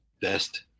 best